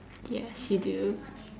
yes we do